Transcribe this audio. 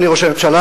אדוני ראש הממשלה,